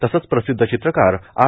तसंच प्रसिद्ध चित्रकार आर